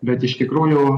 bet iš tikrųjų